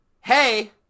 hey